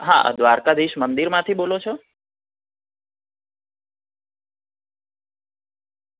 હા દ્વારકાધીશ મંદિરમાંથી બોલો છો